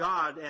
God